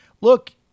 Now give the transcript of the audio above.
look